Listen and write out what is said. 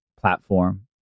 platform